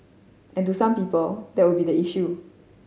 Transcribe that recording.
and to some people that would be the issue